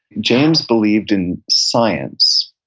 james believed in science,